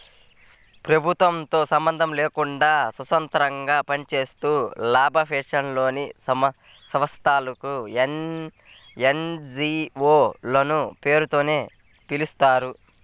ప్రభుత్వంతో సంబంధం లేకుండా స్వతంత్రంగా పనిచేసే లాభాపేక్ష లేని సంస్థలను ఎన్.జీ.వో లనే పేరుతో పిలుస్తారు